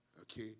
okay